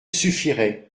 suffirait